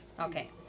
Okay